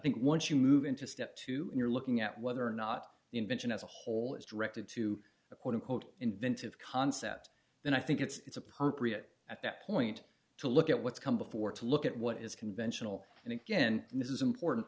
think once you move into step two you're looking at whether or not the invention as a whole is directed to a quote unquote inventive concept and i think it's appropriate at that point to look at what's come before to look at what is conventional and again this is important